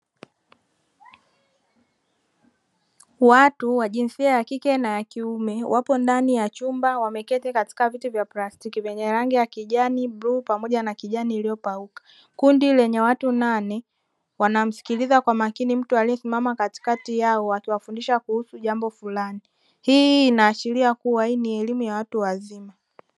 Watu wa jinsia ya kike na ya kiume wapo ndani ya chumba wameketi katika viti vya plastiki vyenye rangi ya: kijani, bluu pamoja na kijani iliyopauka. Kundi lenye watu nane wanamsikiliza kwa makini mtu aliyesimama katikati yao akiwafundisha kuhusu jambo fulani. Hii inaashiria kuwa hii ni elimu ya watu wazima.